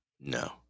no